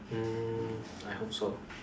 mm I hope so